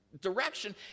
direction